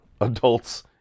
adults